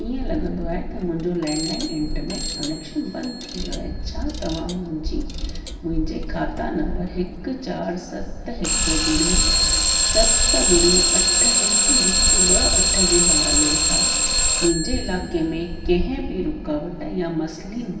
ईअं लॻंदो आहे त मुंहिंजो लेंडलाइन इंटरनेट बंदि थी वियो आहे छा तव्हां मुंहिंजी मुंहिंजे खाता नम्बर हिकु चार सत हिकु ॿुड़ी सत ॿुड़ी अठ हिकु हिकु ॿ अठ जे हवाले सां मुंहिंजे इलाइक़े में कंहिं बि रुकावट यां मस्लीन